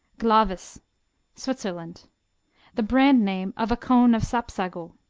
glavis switzerland the brand name of a cone of sapsago.